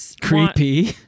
Creepy